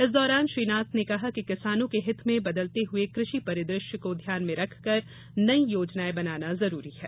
इस दौरान श्री नाथ ने कहा कि किसानों के हित में बदलते हुए क्रषि परिदृश्य को ध्यान में रखकर नई योजनाएँ बनाना जरूरी है